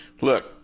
look